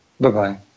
Bye-bye